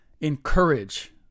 encourage